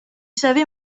savais